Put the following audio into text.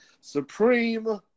supreme